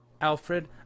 Alfred